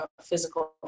physical